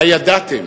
הידעתם